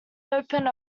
opened